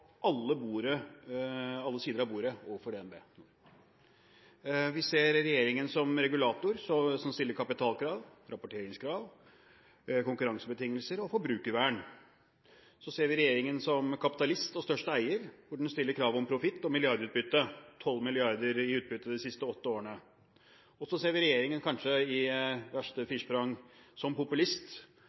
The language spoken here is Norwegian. alle sider av bordet overfor DNB. Vi ser regjeringen som regulator, som stiller kapitalkrav, rapporteringskrav, konkurransebetingelser og forbrukervern. Så ser vi regjeringen som kapitalist og største eier, som stiller krav om profitt og milliardutbytte – 12 mrd. kr i utbytte de siste åtte årene. Og så ser vi regjeringen – kanskje i verste firsprang – som populist,